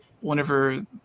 whenever